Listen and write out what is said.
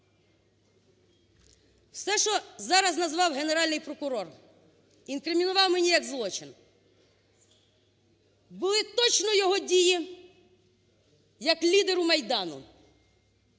Все, що зараз назвав Генеральний прокурор, інкримінував мені як злочин, були точно його дії як лідера Майдану.